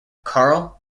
karl